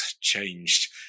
changed